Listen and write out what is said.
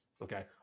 Okay